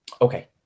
Okay